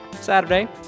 Saturday